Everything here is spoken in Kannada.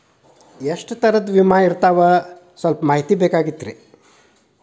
ಎಷ್ಟ ತರಹದ ವಿಮಾ ಇರ್ತಾವ ಸಲ್ಪ ಮಾಹಿತಿ ಬೇಕಾಗಿತ್ರಿ